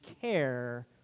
care